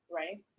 right